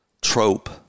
trope